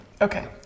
Okay